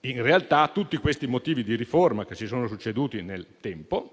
In realtà, tutti i motivi di riforma che si sono succeduti nel tempo